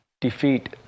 defeat